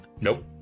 Nope